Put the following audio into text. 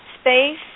Space